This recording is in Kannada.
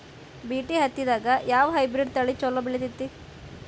ಬಿ.ಟಿ ಹತ್ತಿದಾಗ ಯಾವ ಹೈಬ್ರಿಡ್ ತಳಿ ಛಲೋ ಬೆಳಿತೈತಿ?